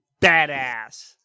badass